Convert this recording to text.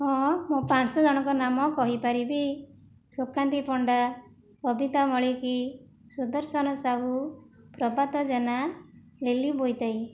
ହଁ ମୁଁ ପାଞ୍ଚଜଣଙ୍କ ନାମ କହିପାରିବି ସୁକାନ୍ତି ପଣ୍ଡା ସବିତା ମଳିକି ସୁଦର୍ଶନ ସାହୁ ପ୍ରଭାତ ଜେନା ନିଲି ବୈତାଇ